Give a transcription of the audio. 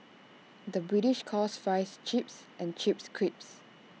the British calls Fries Chips and Chips Crisps